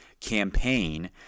campaign